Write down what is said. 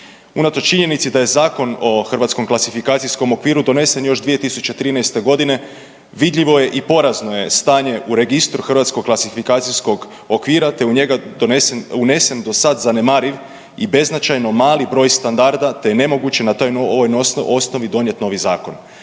Unatoč činjenici da je Zakon o HKO-u donesen još 2013.g. vidljivo je i porazno je stanje u registru HKO-a te u njega unesen do sad zanemariv i beznačajno mali broj standarda te je nemoguće na toj osnovi donijeti novi zakon.